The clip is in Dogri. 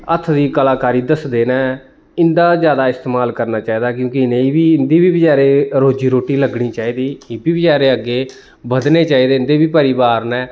हत्थ दी कलाकारी दस्सदे न इं'दा जैदा इस्तेमाल करना चाहिदा क्योंकि इ'नेंगी बी इं'दी बी बचैरें दी रोजी रोट्टी लग्गनी चाहिदी इब्बी बचैरे अग्गें बधने चाहिदे इं'दे बी परिवार न